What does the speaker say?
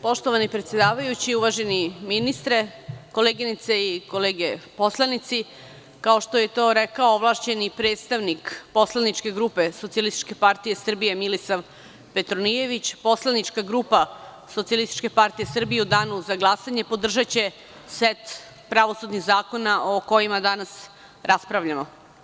Poštovani predsedavajući, uvaženi ministre, koleginice i kolege poslanici, kao što je to rekao ovlašćeni predstavnik poslaničke grupe SPS Milisav Petronijević, poslanička grupa SPS u danu za glasanje podržaće set pravosudnih zakona o kojima danas raspravljamo.